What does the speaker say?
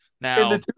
Now